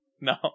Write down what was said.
no